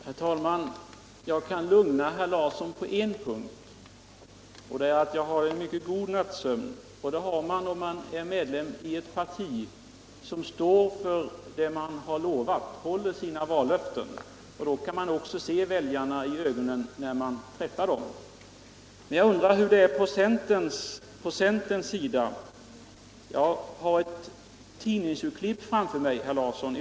Herr talman! Jag kan lugna herr Larsson i Staffanstorp på en punkt: Jag har en mycket god nattsömn. Det har man om man är medlem I ett parti som håller sina vallöften. Då kan man också se väljarna i ögonen när man träffar dem. Men jag undrar hur det är inom centern. Framför mig har jag e tidningsurklipp, herr Larsson.